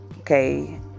okay